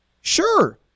Sure